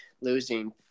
losing